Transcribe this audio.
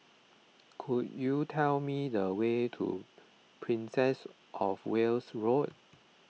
could you tell me the way to Princess of Wales Road